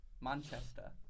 Manchester